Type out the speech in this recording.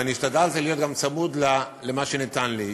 ואני השתדלתי להיות גם צמוד למה שניתן לי.